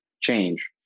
change